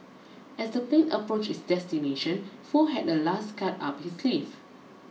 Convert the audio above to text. as the plane approached its destination Foo had a last card up his sleeve